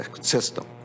system